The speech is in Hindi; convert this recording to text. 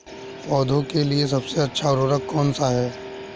पौधों के लिए सबसे अच्छा उर्वरक कौन सा है?